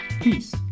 Peace